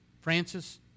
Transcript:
Francis